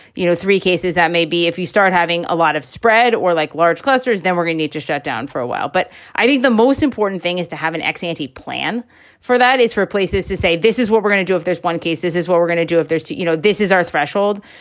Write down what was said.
you know, three cases that may be if you start having a lot of spread or like large clusters, then we're going need to shut down for a while. but i think the most important thing is to have an ex ante plan for that is for places to say this is what we're going to do. if there's one case, this is what we're going to do. if there's two, you know, this is our threshold.